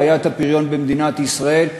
בעיית הפריון במדינת ישראל,